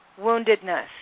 woundedness